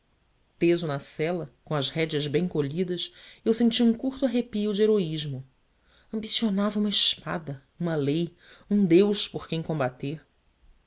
teso na sela com as rédeas bem colhidas eu senti um curto arrepio de heroísmo ambicionava uma espada uma lei um deus por quem combater